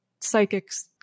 psychics